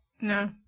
No